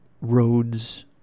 roads